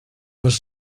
was